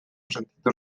sentitu